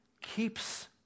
keeps